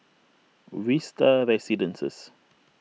Vista Residences